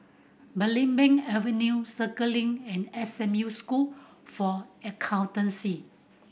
Belimbing Avenue Circuit Link and S M U School for Accountancy